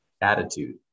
Attitude